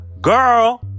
girl